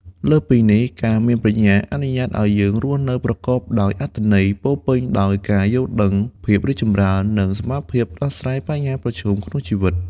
លើសពីនេះ ការមានប្រាជ្ញាអនុញ្ញាតឱ្យយើង រស់នៅប្រកបដោយអត្ថន័យ ពោរពេញដោយការយល់ដឹង ភាពរីកចម្រើន និងសមត្ថភាពដោះស្រាយបញ្ហាប្រឈមក្នុងជីវិត។